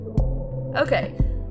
Okay